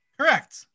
Correct